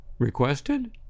Requested